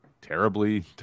terribly